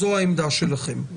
זו העמדה שלכם.